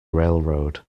railroad